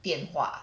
电话